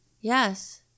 Yes